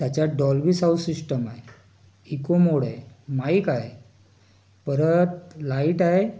त्याच्यात Dolby sound system आहे eco mode आहे माइक आहे परत लाइट आहे